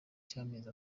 cy’amezi